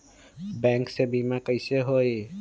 Bank से बिमा कईसे होई?